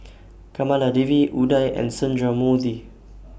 Kamaladevi Udai and Sundramoorthy